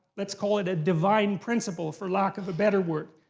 let's call it a divine principle, for lack of a better word.